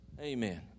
Amen